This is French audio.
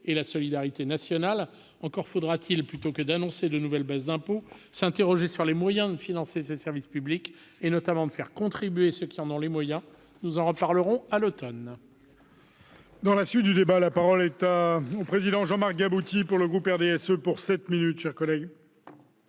de la solidarité nationale ... Encore faudra-t-il, plutôt que d'annoncer de nouvelles baisses d'impôts, s'interroger sur les moyens de financer ces services publics, notamment en faisant contribuer ceux qui en ont les moyens. Nous en reparlerons à l'automne